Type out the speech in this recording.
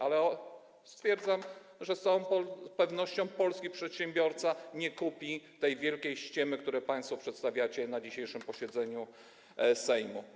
Ale stwierdzam z całą pewnością, że polski przedsiębiorca nie kupi tej wielkiej ściemy, którą państwo przedstawiacie na dzisiejszym posiedzeniu Sejmu.